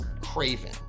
Craven